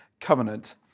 covenant